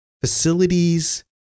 facilities